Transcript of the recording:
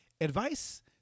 Advice